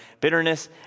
bitterness